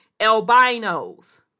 albinos